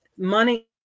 Money